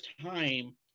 time